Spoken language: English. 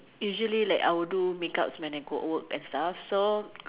usually like I will do when I got work and stuff so